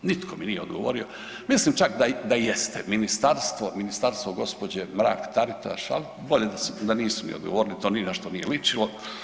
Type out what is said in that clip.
Nitko mi nije odgovorio, mislim čak da jeste ministarstvo gospođe Mrak Taritaš, ali bolje da nisu ni odgovorili to ni na što nije ličilo.